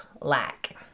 lack